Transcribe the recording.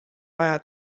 vaja